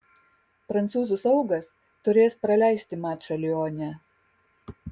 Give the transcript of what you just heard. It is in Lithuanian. prancūzų saugas turės praleisti mačą lione